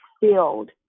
filled